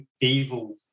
evil